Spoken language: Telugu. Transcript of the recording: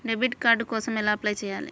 డెబిట్ కార్డు కోసం ఎలా అప్లై చేయాలి?